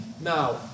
Now